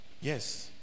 Yes